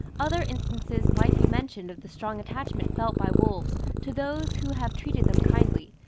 other instances might be mentioned of the strong attachment felt by wolves to those who have treated them kindly,